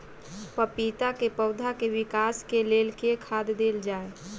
पपीता केँ पौधा केँ विकास केँ लेल केँ खाद देल जाए?